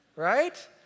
Right